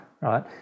right